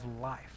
life